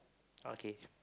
okay